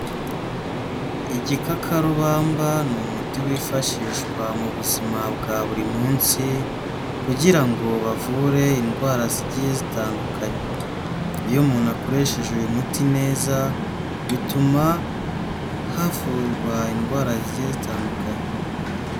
Igikakarubamba ni umuti wifashishwa mu buzima bwa buri munsi kugira ngo bavure indwara zigiye zitandukanye, iyo umuntu akoresheje uyu muti neza bituma havurwa indwara zigiye zitandukanye.